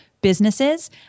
businesses